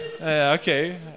Okay